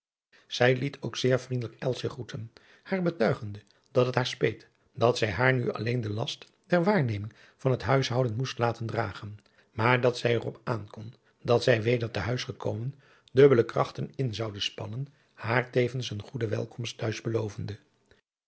zij liet ook zeer vriendelijk elsje groeten haar betuigende dat het haar speet dat zij haar nu alleen den last der waarneming van het huishouden moest laten dragen maar dat zij er op aan kon dat zij weder te huis gekomen dubbelde krachten in zoude spannen haar tevens een goede welkomt'huis belovende